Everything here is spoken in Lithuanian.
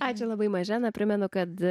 ačiū labai mažena primenu kad